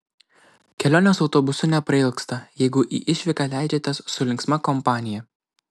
kelionės autobusu neprailgsta jeigu į išvyką leidžiatės su linksma kompanija